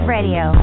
Radio